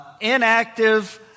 inactive